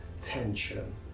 tension